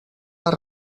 les